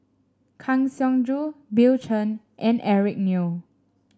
Kang Siong Joo Bill Chen and Eric Neo